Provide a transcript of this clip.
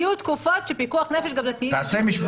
פיקוח נפש, היו תקופות שפיקוח נפש גם התיר פעילות.